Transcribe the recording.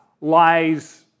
lies